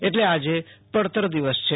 એટલે આજે પડતર દિવસ છે